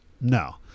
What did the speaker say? No